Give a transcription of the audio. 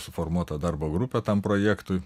suformuota darbo grupė tam projektui